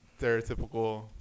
stereotypical